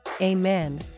Amen